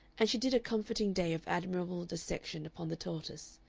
and she did a comforting day of admirable dissection upon the tortoise.